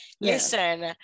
listen